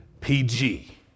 PG